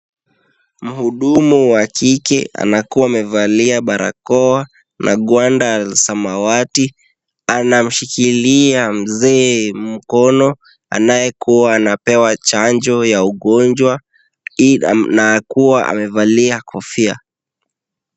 Muhudumu wa kike anakua amevalia barakoa na ngwanda samawati, anamshikilia mzee mkono, anayekuwa anapewa chanjo ya ugonjwa na akuwa amevalia kofia.